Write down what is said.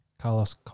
Carlos